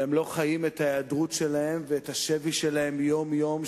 והם לא חיים את ההיעדרות והשבי שלהם יום-יום,